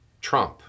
Trump